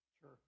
Sure